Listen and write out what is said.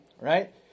right